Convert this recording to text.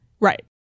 Right